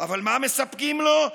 ומה מספקים לו?